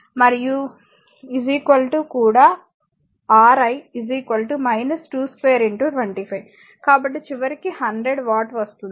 కాబట్టి చివరికి 100 వాట్ వస్తుంది